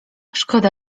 szkoda